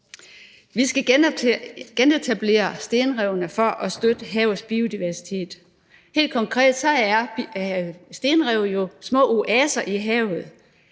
Vi skal genetablere stenrevene for at støtte havets biodiversitet. Helt konkret er stenrev jo små oaser i havet,